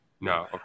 no